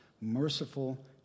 merciful